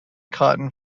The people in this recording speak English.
cotton